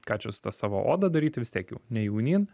ką čia su ta savo odą daryti vis tiek jau ne jaunyn